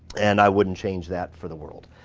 and i wouldn't change that for the world.